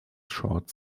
short